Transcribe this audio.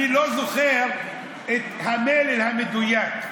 אני לא זוכר את המלל המדויק.